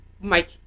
Mike